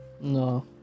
No